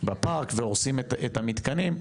בפארק והורסים את המתקנים,